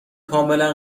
کاملا